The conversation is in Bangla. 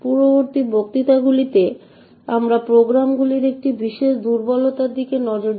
এই প্রদর্শনটি ফরম্যাট স্ট্রিং ভালনেরাবিলিটিজ এর জন্য